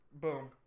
Boom